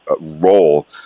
role